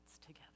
together